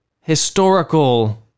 historical